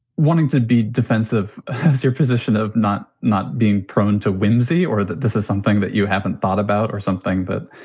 wanting to be defensive about your position of not not being prone to whimsy or that this is something that you haven't thought about or something but,